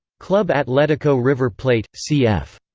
club atletico river plate, c f.